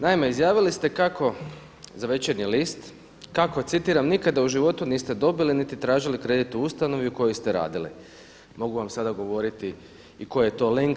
Naime, izjavili ste kako, za Večernji list, kako citiram: „Nikada u životu niste dobili niti tražili kredit u ustanovi u kojoj ste radili.“ Mogu vam sada govoriti i koji je to link.